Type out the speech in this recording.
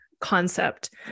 concept